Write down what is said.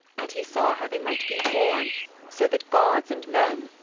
and he saw how they might be borne so that gods and men,